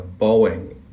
Boeing